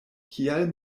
kial